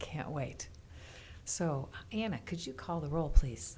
can't wait so am i could you call the roll please